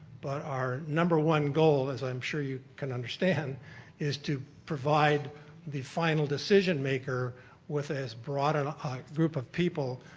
but our number goal as i'm sure you can understand is to provide the final decision maker with as broad and a group of people